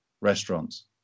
restaurants